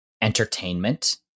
entertainment